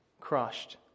crushed